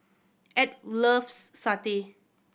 Edw loves satay